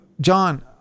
John